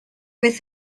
with